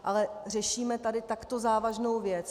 Ale řešíme tady takto závažnou věc.